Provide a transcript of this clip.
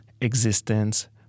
Existence